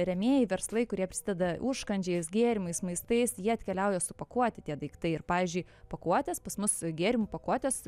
rėmėjai verslai kurie prisideda užkandžiais gėrimais maistais jie atkeliauja supakuoti tie daiktai ir pavyzdžiui pakuotės pas mus gėrimų pakuotės